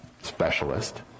specialist